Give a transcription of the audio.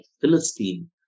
Philistine